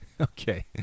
Okay